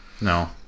No